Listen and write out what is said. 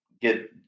get